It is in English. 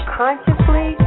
consciously